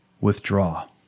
withdraw